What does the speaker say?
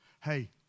Hey